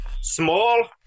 small